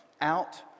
out